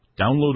Download